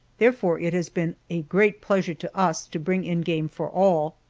therefore it has been a great pleasure to us to bring in game for all.